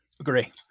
Agree